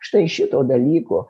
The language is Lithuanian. štai šito dalyko